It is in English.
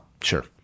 sure